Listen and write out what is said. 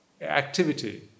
activity